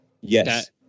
Yes